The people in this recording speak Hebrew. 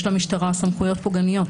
יש למשטרה סמכויות פוגעניות.